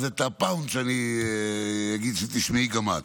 אז את הפאנץ' אגיד, שתשמעי גם את.